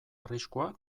arriskua